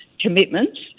commitments